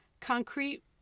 concrete